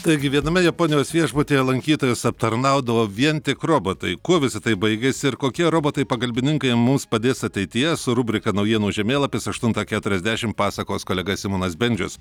taigi viename japonijos viešbutyje lankytojus aptarnaudavo vien tik robotai kuo visa tai baigėsi ir kokie robotai pagalbininkai mums padės ateityje su rubrika naujienų žemėlapis aštuntą keturiasdešim pasakos kolega simonas bendžius